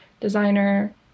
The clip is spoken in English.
designer